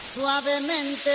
Suavemente